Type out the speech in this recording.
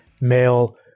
Male